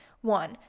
One